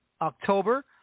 October